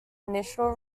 initial